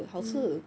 mm